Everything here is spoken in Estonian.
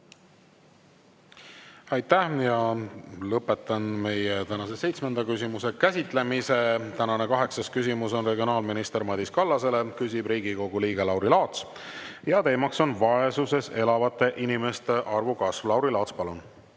Aitäh! Lõpetan seitsmenda küsimuse käsitlemise. Kaheksas küsimus on regionaalminister Madis Kallasele, küsib Riigikogu liige Lauri Laats ja teema on vaesuses elavate inimeste arvu kasv. Lauri Laats, palun!